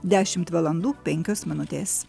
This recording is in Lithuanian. dešimt valandų penkios minutės